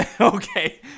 Okay